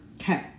Okay